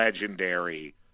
legendary